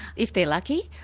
if they're lucky,